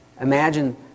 Imagine